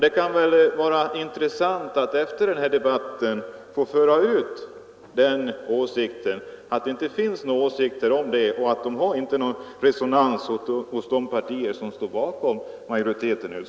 Det skulle vara intressant om man efter denna debatt vill gå ut och förklara att man inte har några åsikter om detta och att de här frågorna inte har någon resonans hos de partier som står bakom majoriteten i utskottet.